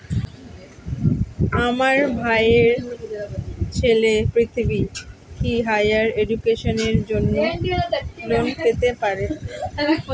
আমার ভাইয়ের ছেলে পৃথ্বী, কি হাইয়ার এডুকেশনের জন্য লোন পেতে পারে?